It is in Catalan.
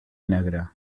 negra